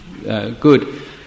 Good